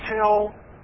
Tell